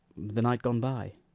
the night gone by.